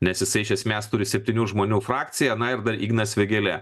nes jisai iš esmės turi septynių žmonių frakciją na ir dar ignas vėgėlė